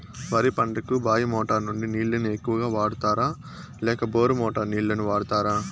వరి పంటకు బాయి మోటారు నుండి నీళ్ళని ఎక్కువగా వాడుతారా లేక బోరు మోటారు నీళ్ళని వాడుతారా?